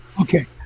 okay